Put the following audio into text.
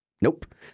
nope